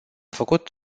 făcut